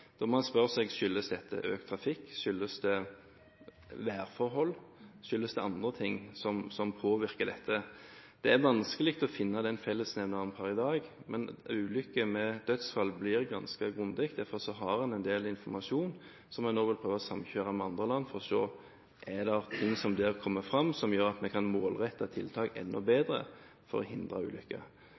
spørre seg: Skyldes dette økt trafikk? Skyldes det værforhold? Er det andre ting som påvirker dette? Det er vanskelig å finne en slik fellesnevner per i dag. Ulykker med dødsfall blir gransket grundig. Derfor har en en del informasjon som en nå vil prøve å samkjøre med andre land, for å se på følgende: Er det noe som kommer fram her, som gjør at vi kan målrette tiltakene enda bedre – for å hindre